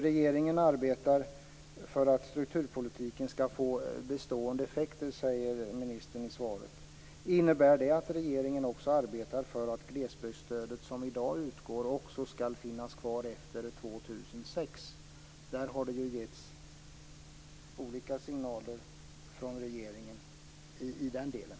Regeringen arbetar för att strukturpolitiken skall få bestående effekter, säger ministern. Innebär det att regeringen också arbetar för att glesbygdsstödet som utgår i dag också skall finnas kvar efter 2006? Där har det ju getts olika signaler från regeringen.